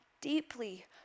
deeply